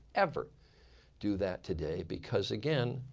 ever do that today, because again,